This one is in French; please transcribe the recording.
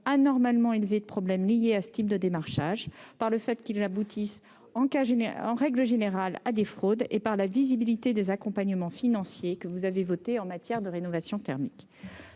anormalement élevé de problèmes liés à ce type de démarchage, par le fait qu'il aboutit, en règle générale, à des fraudes et par la visibilité des accompagnements financiers que vous avez votés en matière de rénovation thermique.